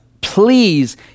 Please